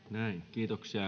kiitoksia